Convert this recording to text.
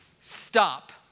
stop